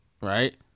Right